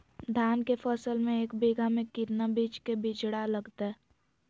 धान के फसल में एक बीघा में कितना बीज के बिचड़ा लगतय?